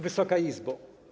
Wysoka Izbo!